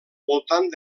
voltant